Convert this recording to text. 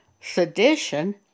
Sedition